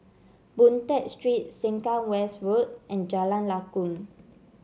Boon Tat Street Sengkang West Road and Jalan Lakum